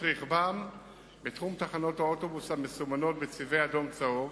רכבם בתחום תחנות האוטובוס המסומנות בצבעי אדום צהוב